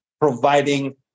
providing